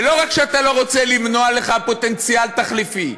ולא רק שאתה לא רוצה למנוע לך פוטנציאל תחליפי,